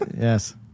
Yes